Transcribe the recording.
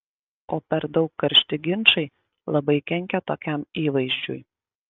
o per daug karšti ginčai labai kenkia tokiam įvaizdžiui